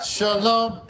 Shalom